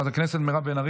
נעבור לנושא הבא,